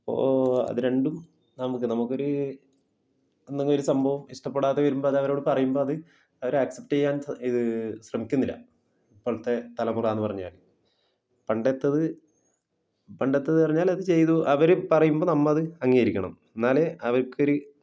ഇപ്പോള് അത് രണ്ടും നമുക്ക് നമുക്കൊരു എന്തെങ്കിലും ഒരു സംഭവം ഇഷ്ടപ്പെടാതെ വരുമ്പോള് അത് അവരോട് പറയുമ്പോള് അത് അവര് അക്സെപ്റ്റ് ചെയ്യാൻ ഇത് ശ്രമിക്കുന്നില്ല ഇപ്പോഴത്തെ തലമുറ എന്നു പറഞ്ഞാല് പണ്ടത്തേത് പണ്ടത്തേതെന്നു പറഞ്ഞാൽ അത് ചെയ്ത് അവര് പറയുമ്പോള് നമ്മള് അത് അംഗീകരിക്കണം എന്നാലേ അവർക്കൊരു